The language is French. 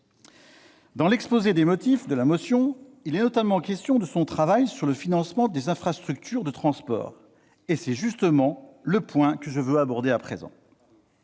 Dans l'objet de la motion, il est notamment question de son travail sur le financement des infrastructures de transport. C'est justement le point que je veux aborder à présent.